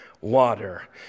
water